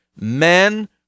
Men